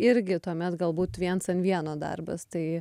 irgi tuomet galbūt viens ant vieno darbas tai